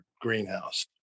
Greenhouse